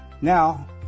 Now